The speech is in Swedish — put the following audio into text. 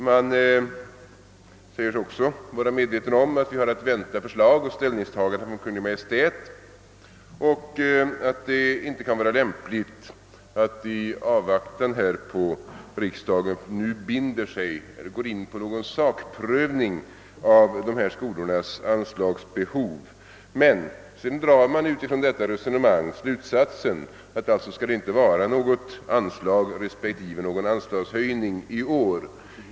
Dessutom säger man sig vara medveten om att vi har att vänta förslag och ställningstagande från Kungl. Maj:t och att det inte kan vara lämpligt att i avvaktan härpå riksdagen nu binder sig eller går in på någon sakprövning av de här skolornas anslagsbehov. Sedan drar man emellertid utifrån detta resonemang den slutsatsen, att det inte skall beviljas något anslag eller någon anslagshöjning i år.